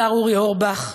השר אורי אורבך,